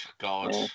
God